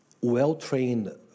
well-trained